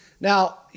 now